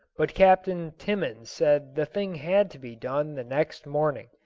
but captain timmans said the thing had to be done the next morning,